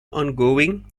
ongoing